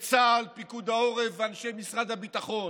את צה"ל, פיקוד העורף ואנשי משרד הביטחון.